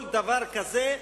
כל דבר כזה,